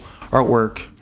artwork